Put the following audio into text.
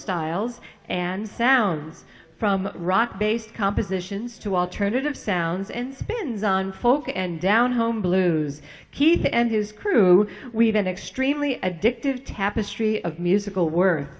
styles and sounds from rock based compositions to alternative sounds in spins on folk and down home blues he and his crew we've been extremely addictive tapestry of musical w